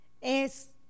es